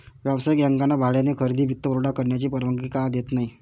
व्यावसायिक बँकांना भाड्याने खरेदी वित्तपुरवठा करण्याची परवानगी का देत नाही